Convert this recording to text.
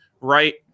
right